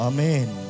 Amen